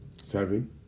Seven